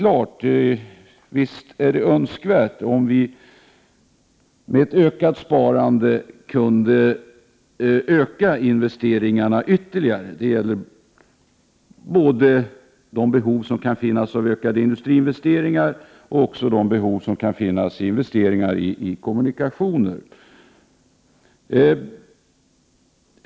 Men visst är det önskvärt att vi med ett ökat sparande kan öka investeringarna ytterligare. Det gäller både de behov som kan finnas av ökade industriinvesteringar och de behov som kan finnas av investeringar i kommunikationer.